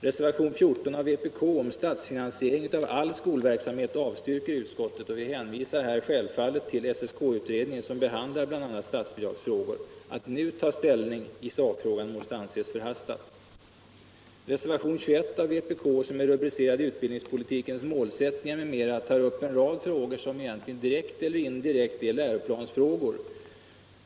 Reservationen 14 av vpk om statsfinansiering av all skolverksamhet avstyrker utskottet. Vi hänvisar här självfallet till SSK-utredningen som behandlar bl.a. statsbidragsfrågan. Att nu ta ställning i sakfrågan måste anses förhastat. Reservationen 21 av vpk, rubricerad utbildningspolitikens målsättningar m.m., tar upp en rad frågor som direkt eller indirekt är läroplansfrågor.